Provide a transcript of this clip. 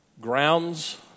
grounds